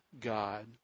God